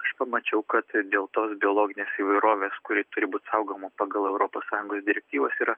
aš pamačiau kad dėl tos biologinės įvairovės kuri turi būt saugoma pagal europos sąjungos direktyvas yra